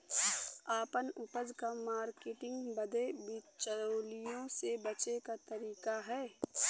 आपन उपज क मार्केटिंग बदे बिचौलियों से बचे क तरीका का ह?